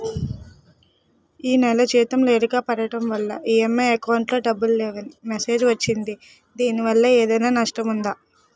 ఈ నెల జీతం లేటుగా పడటం వల్ల ఇ.ఎం.ఐ అకౌంట్ లో డబ్బులు లేవని మెసేజ్ వచ్చిందిదీనివల్ల ఏదైనా నష్టం ఉందా?